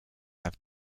have